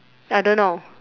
I don't know